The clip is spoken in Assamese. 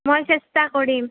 মই চেষ্টা কৰিম